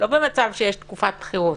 אנחנו לא במצב של תקופת בחירות.